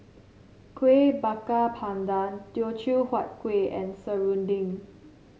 Kuih Bakar Pandan Teochew Huat Kueh and serunding